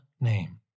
name